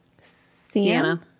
Sienna